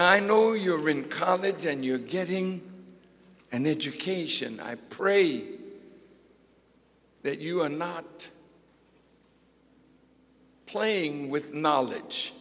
i know you're in college and you're getting an education i pray that you are not playing with knowledge